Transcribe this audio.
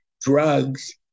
drugs